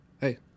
hey